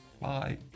Bye